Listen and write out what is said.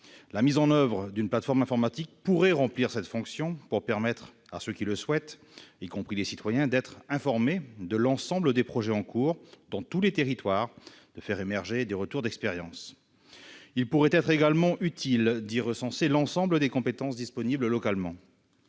La mise en oeuvre d'une plateforme informatique pourrait remplir cette fonction afin de permettre à ceux qui le souhaitent, y compris les citoyens, d'être informés de l'ensemble des projets en cours dans tous les territoires et de faire émerger des retours d'expériences. Il pourrait également être utile d'y recenser l'ensemble des compétences disponibles localement.